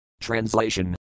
Translation